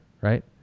right